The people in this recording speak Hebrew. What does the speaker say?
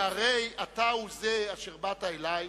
כי הרי אתה הוא זה אשר באת אלי,